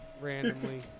randomly